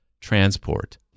transport